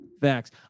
Facts